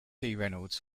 reynolds